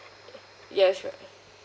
yes right